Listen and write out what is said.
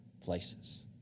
places